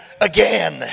again